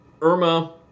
Irma